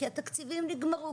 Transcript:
כי התקציבים נגמרו,